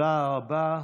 תודה רבה.